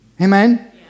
Amen